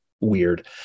weird